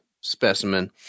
specimen